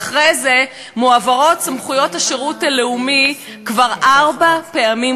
ואחרי זה מועברות סמכויות השירות הלאומי כבר ארבע פעמים,